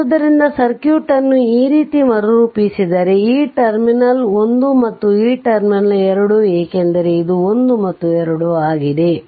ಆದ್ದರಿಂದ ಸರ್ಕ್ಯೂಟ್ ಅನ್ನು ಈ ರೀತಿ ಮರುರೂಪಿಸಿದರೆ ಈ ಟರ್ಮಿನಲ್ 1 ಮತ್ತು ಈ ಟರ್ಮಿನಲ್ 2 ಏಕೆಂದರೆ ಇದು 1 ಇದು 2 ಆಗಿದೆ